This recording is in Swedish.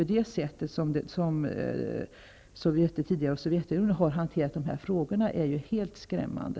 Det sätt som det tidigare Sovjetunionen har hanterat de här frågorna på är helt skrämmande.